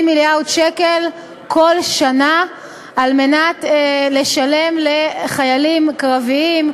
מיליארד שקל בכל שנה על מנת לשלם לחיילים קרביים,